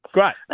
Great